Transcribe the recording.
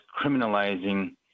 criminalizing